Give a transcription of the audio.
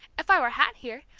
if i were hat here,